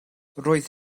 roedd